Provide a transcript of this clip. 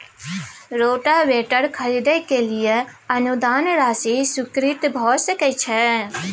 Rotavator खरीदे के लिए अनुदान राशि स्वीकृत भ सकय छैय?